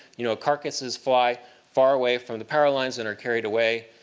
you know, carcasses fly far away from the power lines and are carried away.